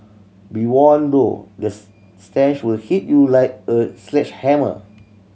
be warned though the stench will hit you like a sledgehammer